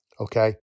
Okay